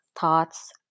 thoughts